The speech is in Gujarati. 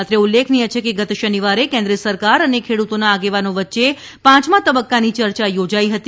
અત્રે ઉલ્લેખનીય છે કે ગત શનિવારે કેન્દ્ર સરકાર અને ખેડૂતોના આગેવાનો સાથે પાંચમા તબક્કાની ચર્ચા યોજાઈ હતી